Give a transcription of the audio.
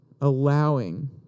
allowing